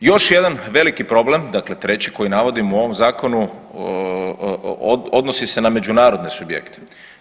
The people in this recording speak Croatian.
Još jedan veliki problem, dakle treći koji navodim u ovom Zakonu odnosni se na međunarodne subjekte.